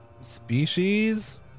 species